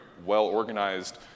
well-organized